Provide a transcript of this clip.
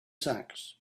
sacks